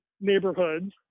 neighborhoods